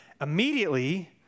Immediately